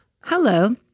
Hello